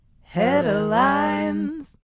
Headlines